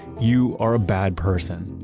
you are a bad person.